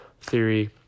theory